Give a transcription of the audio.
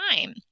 time